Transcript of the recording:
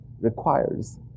requires